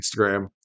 Instagram